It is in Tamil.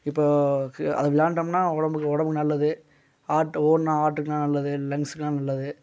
இப்போ அதை விளாண்டோம்னா உடம்புக்கு உடம்புக்கு நல்லது ஹார்ட்டுக்கு ஓடினா ஹார்ட்டுக்கெல்லாம் நல்லது லங்க்ஸுக்கெல்லாம் நல்லது